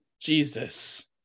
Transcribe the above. Jesus